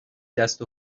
جست